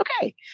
okay